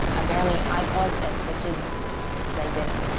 apparently i cause this, which is because i didn't.